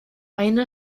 eine